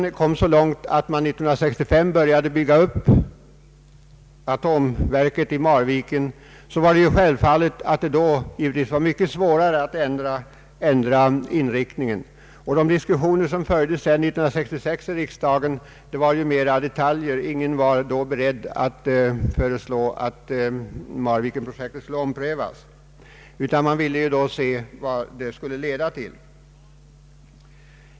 När man kommit så långt att man 1965 började bygga upp atomverket i Marviken, var det givetvis mycket svårare att ändra inriktningen. De diskussioner som fördes 1966 i riksdagen gällde mera detaljer. Ingen var då beredd att föreslå att Marvikenprojektet skulle omprövas, utan man ville se vad det skulle leda till när det färdigställts.